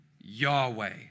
Yahweh